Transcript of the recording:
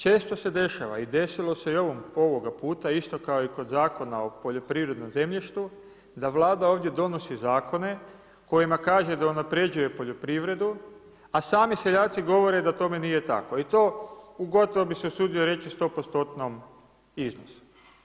Često se dešava i desilo se ovoga puta isto kao i kod Zakona o poljoprivrednom zemljištu da Vlada ovdje donosi zakone kojima kaže da unapređuje poljoprivredu, a sami seljaci govore da tome nije tako i to u gotovo bih se usudio reći 100%-om iznosu.